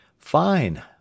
Fine